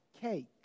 cake